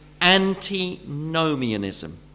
antinomianism